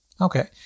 Okay